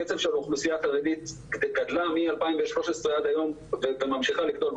בקצב שהאוכלוסייה החרדית גדלה מ-2013 עד היום וממשיכה לגדול,